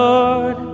Lord